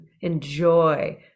enjoy